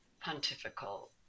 Pontifical